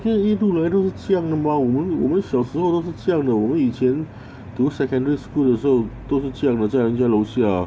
这一路来都是这样的吗我们我们小时候都是这样的我们以前读 secondary school 的时候都是这样的在人家楼下